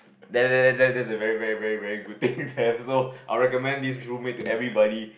there there there is very very very good to have I'll recommend this roommate to everybody